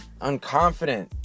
unconfident